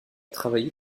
travaillé